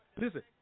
Listen